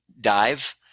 dive